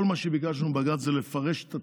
כל מה שביקשנו מבג"ץ זה לפרש את התקנון,